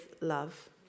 love